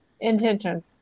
Intention